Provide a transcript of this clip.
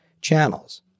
channels